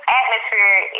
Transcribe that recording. atmosphere